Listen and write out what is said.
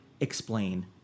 explain